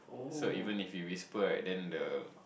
so even if he whisper and then the